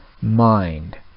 mind